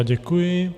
Děkuji.